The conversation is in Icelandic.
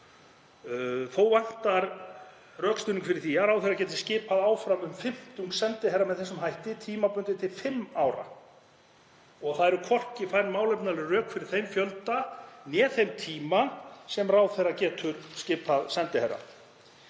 Þó vantar rökstuðning fyrir því að ráðherra geti skipað áfram um fimmtung sendiherra með þessum hætti tímabundið til fimm ára. Það eru hvorki færð málefnaleg rök fyrir þeim fjölda né þeim tíma sem ráðherra getur skipað sendiherra.